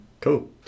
Cool